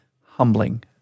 humbling